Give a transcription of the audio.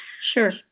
Sure